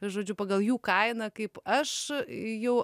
žodžiu pagal jų kainą kaip aš jau